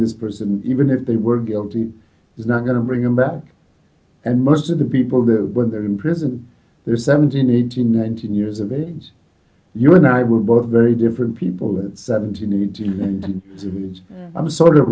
this person even if they were guilty is not going to bring him back and most of the people there when they're in prison they're seventeen eighteen nineteen years of age you and i were both very different people and seventy needs and to me and i'm sort of